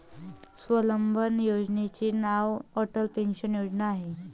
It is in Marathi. स्वावलंबन योजनेचे नाव अटल पेन्शन योजना आहे